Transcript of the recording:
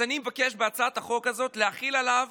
אז בהצעת החוק הזאת אני מבקש להחיל עליו